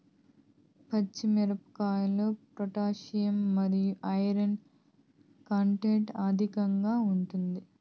పచ్చి మిరపకాయల్లో పొటాషియం మరియు ఐరన్ కంటెంట్ అధికంగా ఉంటాయి